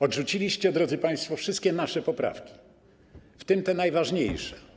Odrzuciliście, drodzy państwo, wszystkie nasze poprawki, w tym te najważniejsze.